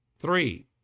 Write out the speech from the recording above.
Three